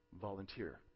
volunteer